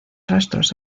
rastros